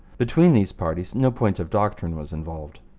between these parties no point of doctrine was involved,